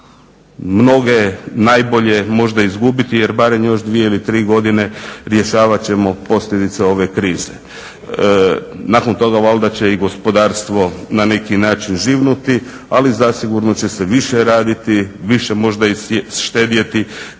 mnoge najbolje možda izgubiti jer barem još dvije ili tri godine rješavati ćemo posljedice ove krize. Nakon toga valjda će i gospodarstvo na neki način živnuti. Ali zasigurno će se više raditi, više možda i štedjeti,